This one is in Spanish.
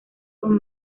con